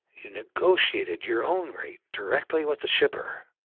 you negotiated your own rate directly with the shipper.